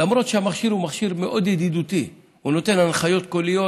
למרות שהמכשיר הוא מכשיר מאוד ידידותי ונותן הנחיות קוליות,